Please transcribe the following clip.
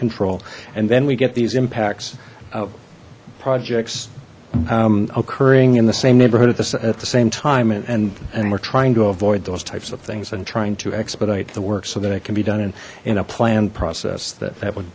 control and then we get these impacts of projects occurring in the same neighborhood at this at the same time and and we're trying to avoid those types of things and trying to expedite the work so that it can be done in in a planned process that that would